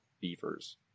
beavers